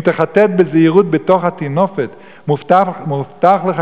אם תחטט בזהירות בתוך הטינופת מובטח לך